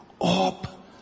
up